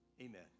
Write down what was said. Amen